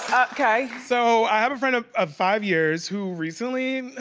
okay. so i have a friend of ah five years who recently,